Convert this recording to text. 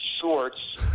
shorts